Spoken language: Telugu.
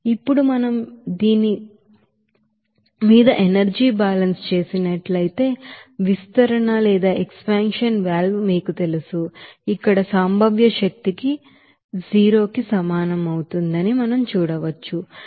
ఇప్పుడు మనం దీని మీద ఎనర్జీ బ్యాలెన్స్ చేసినట్లయితే ఎక్సపెన్షన్ వాల్వ్ మీకు తెలుసు ఇక్కడ పొటెన్షియల్ ఎనెర్జి 0కి సమానం అవుతుందని మనం చూడవచ్చు